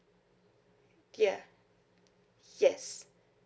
ya yes